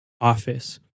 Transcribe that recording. office